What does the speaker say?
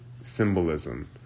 symbolism